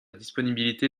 disponibilité